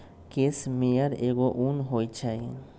case मेयर एगो उन होई छई